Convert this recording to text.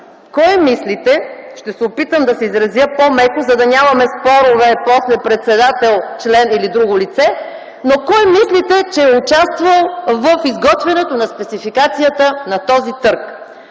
Кой мислите, ще се опитам да се изразя по-меко, за да нямаме спорове после председател, член или друго лице, но кой мислите, че е участвал в изготвянето на спецификацията на този търг?